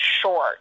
short